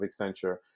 Accenture